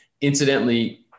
incidentally